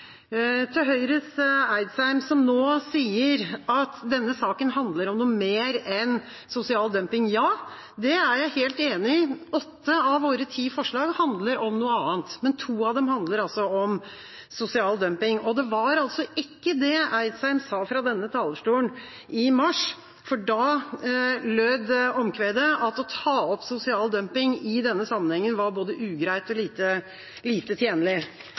Til Høyres Eidsheim, som nå sier at denne saken handler om noe mer enn sosial dumping: Ja, det er jeg helt enig i. Åtte av våre ti forslag handler om noe annet, men to av dem handler om sosial dumping. Og det var altså ikke det Eidsheim sa fra denne talerstolen i mars, for da lød omkvedet at å ta opp sosial dumping i denne sammenheng var «både ugreitt og lite